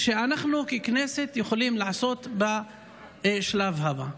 שאנחנו ככנסת יכולים לעשות בשלב הבא.